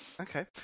Okay